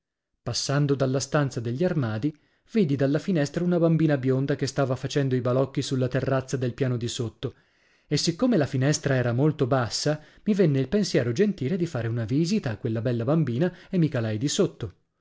passando dalla stanza degli armadi vidi dalla finestra una bambina bionda che stava facendo i balocchi sulla terrazza del piano di sotto e siccome la finestra era molto bassa mi venne il pensiero gentile di fare una visita a quella bella bambina e mi calai di sotto